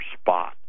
spot